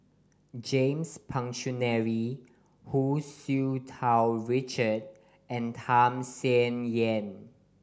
James Puthucheary Hu Tsu Tau Richard and Tham Sien Yen